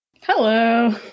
Hello